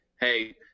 Hey